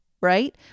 right